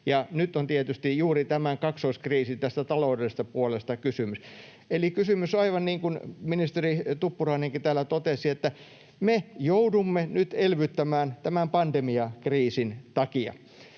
nyt on tietysti juuri tästä tämän kaksoiskriisin taloudellisesta puolesta kysymys. Eli kysymys on siitä — aivan niin kuin ministeri Tuppurainenkin täällä totesi — että me joudumme nyt elvyttämään tämän pandemiakriisin takia.